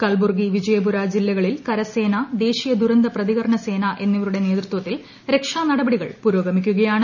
കൽബുർഗി വിജയപുര ജില്ലകളിൽ കരസേന ദേശീയ ദുരന്ത പ്രതികരണ സേന എന്നിവരുടെ നേതൃത്വത്തിൽ രക്ഷാ നടപടികൾ പുരോഗമിക്കുകയാണ്